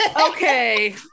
Okay